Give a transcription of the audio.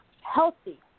healthy